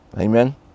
Amen